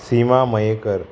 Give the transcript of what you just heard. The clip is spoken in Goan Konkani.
सीमा मयेकर